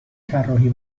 طراحی